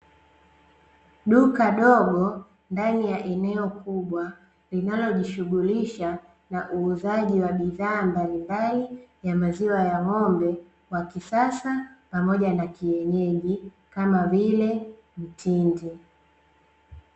Duka dogo ndani ya eneo kubwa linalojishughulisha na uuzaji wa bidhaa mbalimbali ya maziwa ya ng'ombe wa kisasa pamoja na wakienyeji kama vile mtindi.